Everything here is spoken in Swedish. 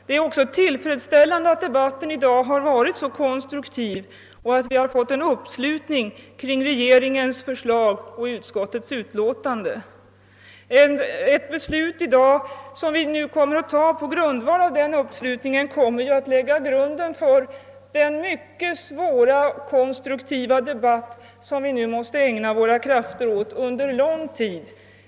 Det är också tillfredsställande att debatten i dag har varit så konstruktiv och att vi har fått en uppslutning kring regeringens förslag och utskottets utlåtande. Det beslut som vi nu kommer att fatta på grundval av den uppslutningen kommer att lägga grunden för den mycket svåra konstruktiva debatt som vi nu måste ägna våra krafter åt under lång tid.